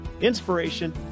inspiration